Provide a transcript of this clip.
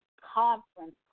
conference